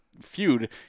feud